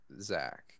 Zach